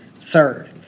Third